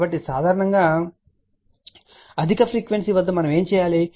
కాబట్టి సాధారణంగా అధిక ఫ్రీక్వెన్సీ వద్ద మనం ఏమి చేయాలి